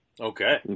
Okay